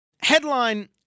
Headline